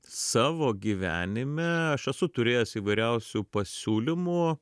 savo gyvenime aš esu turėjęs įvairiausių pasiūlymų